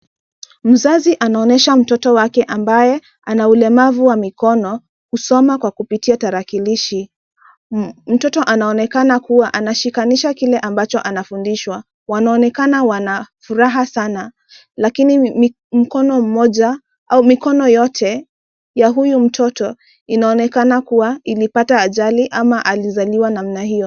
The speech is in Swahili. Mzazi anaonyesha mtoto wake ambaye ana ulemavu wa mikono kusoma kwa kupitia tarakilishi. Mtoto anaonekana kuwa anashikanisha kile ambacho anafundishwa. Wanaonekana wanafuraha sana lakini mikono yote ya huyu mtoto inaonekana kuwa ilipata ajali ama alizaliwa namna hiyo.